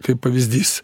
kaip pavyzdys